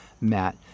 Matt